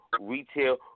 retail